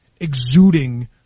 exuding